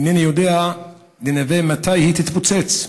אינני יודע לנבא מתי היא תתפוצץ.